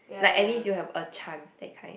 like at least you have a chance that kind